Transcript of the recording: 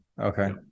Okay